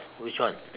which one